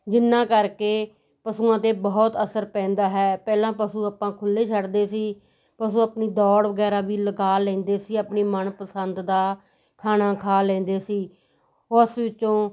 ਜਿਹਨਾਂ ਕਰਕੇ ਪਸ਼ੂਆਂ 'ਤੇ ਬਹੁਤ ਅਸਰ ਪੈਂਦਾ ਹੈ ਪਹਿਲਾਂ ਪਸ਼ੂ ਆਪਾਂ ਖੁੱਲ੍ਹੇ ਛੱਡਦੇ ਸੀ ਪਸ਼ੂ ਆਪਣੀ ਦੌੜ ਵਗੈਰਾ ਵੀ ਲਗਾ ਲੈਂਦੇ ਸੀ ਆਪਣੀ ਮਨਪਸੰਦ ਦਾ ਖਾਣਾ ਖਾ ਲੈਂਦੇ ਸੀ ਉਸ ਵਿੱਚੋਂ